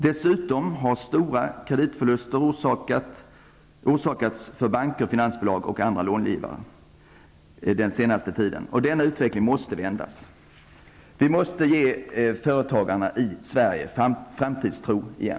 Dessutom har stora kreditförluster orsakats för banker, finansbolag och andra långivare den senaste tiden. Den utvecklingen måste vändas. Vi måste ge företagarna i Sverige framtidstro igen.